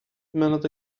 minute